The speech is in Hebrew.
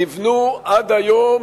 נבנו עד היום